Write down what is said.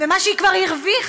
ממה שהיא כבר הרוויחה,